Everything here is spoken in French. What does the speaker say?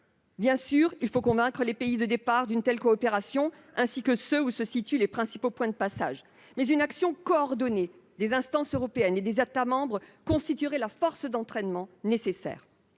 Bien sûr, il faut convaincre les pays de départ de l'intérêt d'une telle coopération, ainsi que ceux où se situent les principaux points de passage, mais une action coordonnée des instances européennes et des États membres nous permettrait d'obtenir la force d'entraînement nécessaire.